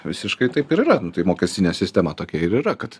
visiškai taip ir yra tai mokestinė sistema tokia ir yra kad